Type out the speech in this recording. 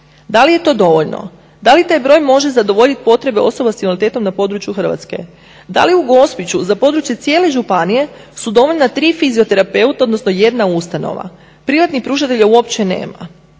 Da li je to dovoljno? Da li taj broj može zadovoljiti potrebe osoba s invaliditetom na području Hrvatske? Da li u Gospiću za području cijele županije su dovoljna tri fizioterapeuta odnosno jedna ustanova. Privatnih pružatelja uopće nema.